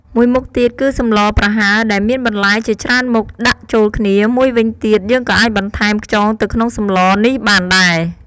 មួយមុខទៀតគឺសម្លរប្រហើរដែលមានបន្លែជាច្រើនមុខដាក់ចូលគ្នា មួយវិញទៀត យើងក៏អាចបន្ថែមខ្យងទៅក្នុងសម្លរនេះបានដែរ។